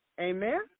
Amen